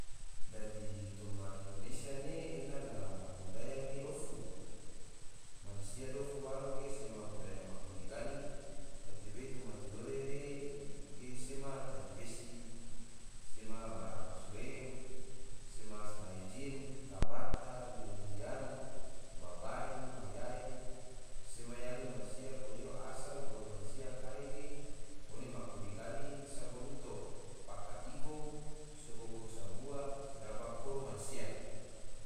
Dadi toma indonesia ne, ena na budaya ge dofu, mansia dofu waro ge sema budaya maku digali, gatebe toma tidore re ge sema taji besi, sema baramasueng, sema salai jin, kabata, liliyan, babari, mayae, sema yali mansia koliho asal bolo mnasia kai ge, ngone maku digali sago luto, paka igo, so goko sabua, sedaba koro mansia